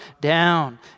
down